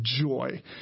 joy